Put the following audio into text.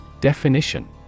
Definition